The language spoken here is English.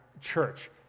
church